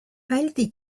kedagi